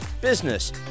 business